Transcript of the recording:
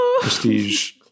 prestige